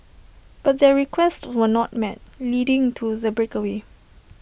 but their requests were not met leading to the breakaway